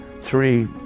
three